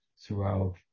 throughout